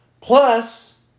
plus